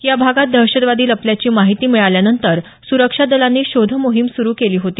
या भागात दहशतवादी लपल्याची माहिती मिळाल्यानंतर सुरक्षा दलांनी शोध मोहिम सुरू केली होती